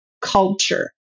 culture